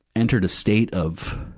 entered a state of,